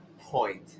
point